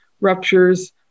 ruptures